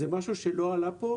זה משהו שלא עלה פה.